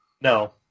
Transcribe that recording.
No